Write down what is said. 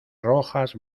rojas